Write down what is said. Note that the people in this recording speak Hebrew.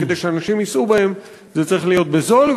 וכדי שאנשים ייסעו בהם זה צריך להיות בזול,